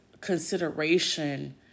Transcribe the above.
consideration